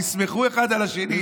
תסמכו אחד על השני.